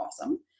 awesome